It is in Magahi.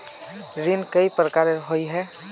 ऋण कई प्रकार होए है?